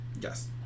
Yes